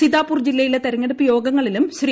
സിതാപൂർ ജില്ലയിലെ തിരഞ്ഞെടുപ്പ് യോഗങ്ങ ളിലും ശ്രീ